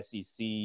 SEC